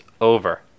over